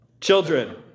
Children